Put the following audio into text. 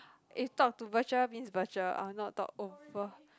if talk to virtual means virtual I will not talk over